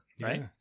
right